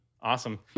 Awesome